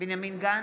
בנימין גנץ,